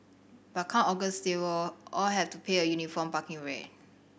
but come August they will all have to pay a uniform parking rate